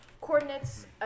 coordinates